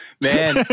Man